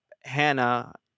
Hannah